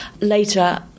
Later